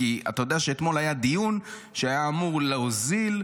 אתה יודע שאתמול היה דיון שהיה אמור להוזיל,